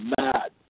mad